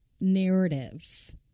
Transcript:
narrative